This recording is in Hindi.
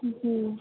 जी